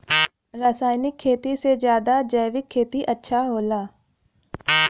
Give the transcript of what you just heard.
रासायनिक खेती से ज्यादा जैविक खेती अच्छा होला